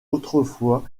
autrefois